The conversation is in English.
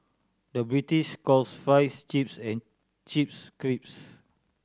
the British calls fries chips and chips crisps